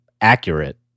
accurate